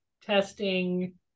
testing